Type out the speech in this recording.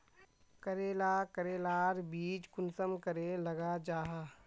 करेला करेलार बीज कुंसम करे लगा जाहा?